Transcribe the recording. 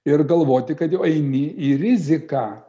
ir galvoti kad jau eini į riziką